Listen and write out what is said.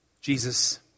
Jesus